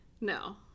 No